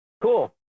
Cool